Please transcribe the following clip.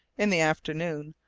in the afternoon,